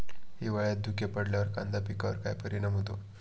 हिवाळ्यात धुके पडल्यावर कांदा पिकावर काय परिणाम होतो?